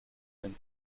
and